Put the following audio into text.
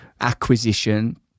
acquisition